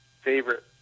favorite